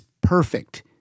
perfect